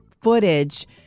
footage